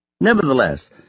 Nevertheless